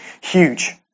huge